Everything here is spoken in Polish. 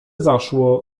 zaszło